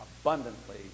abundantly